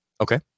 okay